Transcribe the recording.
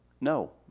No